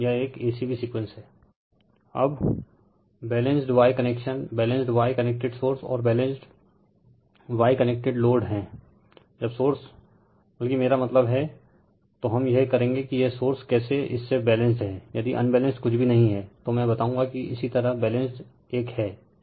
यह एक a c b sequence हैंl Refer Slide Time 2034 अब balanced Y connection balanced Y connected सोर्सऔर बैलेंस्ड Y कनेक्टेड लोड हैंlजब सोर्स बल्कि मेरा मतलब हैं तो हम यह करेंगे कि यह सोर्स केसे इससे बैलेंस्ड हैं यदि अनबैलेंस्ड कुछ भी नही हैं तो में बताऊंगा किइसी तरह बैलेंस्ड एक हैं